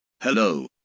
Hello